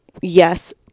yes